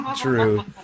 true